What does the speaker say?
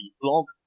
blog